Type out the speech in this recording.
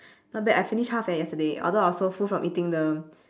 not bad I finish half eh yesterday although I was so full from eating the